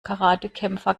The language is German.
karatekämpfer